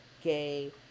gay